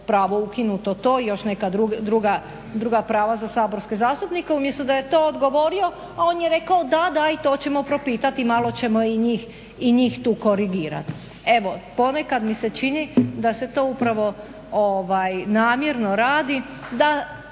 pravo ukinuto, to i još neka druga za saborske zastupnike, umjesto da je to odgovorio on je rekao da, da i to ćemo propitati. Malo ćemo i njih tu korigirati. Evo ponekad mi se čini da se to upravo namjerno radi da